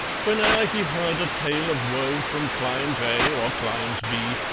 whene'er he heard a tale of woe from client a or client b,